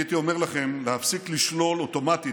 אני הייתי אומר לכם להפסיק לשלול אוטומטית